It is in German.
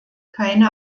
keine